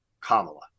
Kamala